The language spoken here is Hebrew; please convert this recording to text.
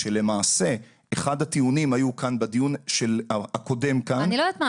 כשלמעשה אחד הטיעונים היה בדיון הקודם כאן על PIMS --- אני לא יודעת.